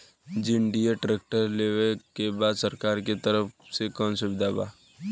John Deere tractor लेवे के बा सरकार के तरफ से कौनो सुविधा बा?